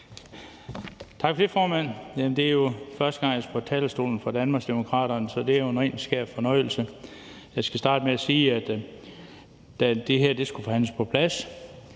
Tak for det, formand. Det er jo første gang, jeg skal på talerstolen for Danmarksdemokraterne, så det er jo en ren og skær fornøjelse. Jeg skal starte med at sige, at da det her skulle forhandles på plads,